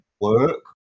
work